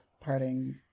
parting